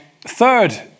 third